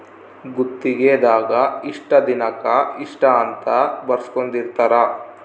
ಗುತ್ತಿಗೆ ದಾಗ ಇಷ್ಟ ದಿನಕ ಇಷ್ಟ ಅಂತ ಬರ್ಸ್ಕೊಂದಿರ್ತರ